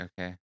okay